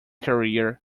career